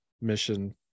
mission